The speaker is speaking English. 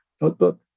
notebook